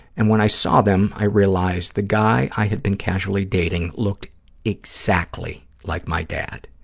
and when i saw them, i realized the guy i had been casually dating looked exactly like my dad.